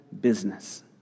business